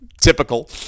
Typical